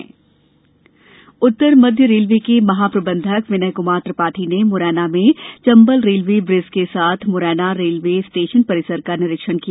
GM दौरा उत्तर मध्य रेलवे के महाप्रबंधक विनय कुमार त्रिपाठी ने मुरैना में चम्बल रेलवे ब्रिज के साथ मुरैना रेलवे स्टेशन परिसर का निरीक्षण किया